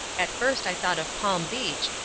at first i thought of palm beach,